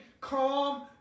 calm